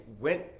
went